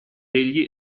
egli